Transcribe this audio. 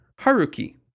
haruki